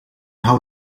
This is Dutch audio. hou